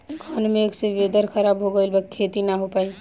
घन मेघ से वेदर ख़राब हो गइल बा खेती न हो पाई